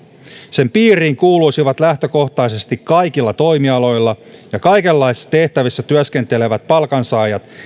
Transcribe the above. sen piiriin kuuluisivat lähtökohtaisesti kaikilla toimialoilla ja kaikenlaisissa tehtävissä työskentelevät palkansaajat